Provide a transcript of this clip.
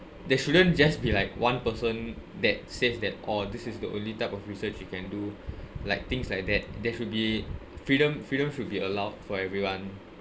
they shouldn't just be like one person that says that oh this is the only type of research you can do like things like that there should be freedom freedom should be allowed for everyone